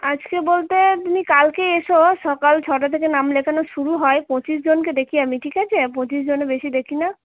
আজকে বলতে তুমি কালকে এসো সকাল ছটা থেকে নাম লেখানো শুরু হয় পঁচিশ জনকে দেখি আমি ঠিক আছে পঁচিশ জনের বেশি দেখি না